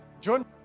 John